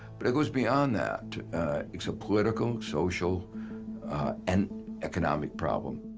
but it goes beyond that it's a political social and economic problem.